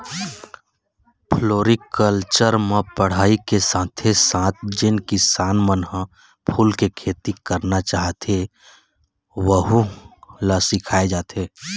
floriculture म पढ़ाई के साथे साथ जेन किसान मन ह फूल के खेती करना चाहथे वहूँ ल सिखाए जाथे